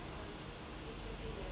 definitely I'll I'll